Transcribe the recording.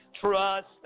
Trust